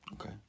Okay